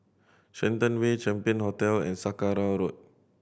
Shenton Way Champion Hotel and Saraca Road